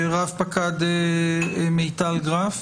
רפ"ק מיטל גרף,